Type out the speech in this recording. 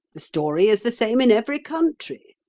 the story is the same in every country.